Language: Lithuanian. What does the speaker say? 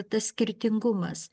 tas skirtingumas